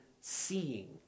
seeing